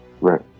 Right